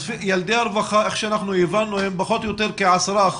ילדי הרווחה כפי שהבנו הם פחות או יותר כ-10%,